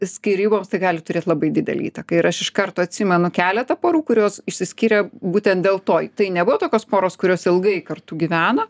skyryboms tai gali turėt labai didelę įtaką ir aš iš karto atsimenu keletą porų kurios išsiskyrė būtent dėl to tai nebuvo tokios poros kurios ilgai kartu gyveno